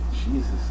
Jesus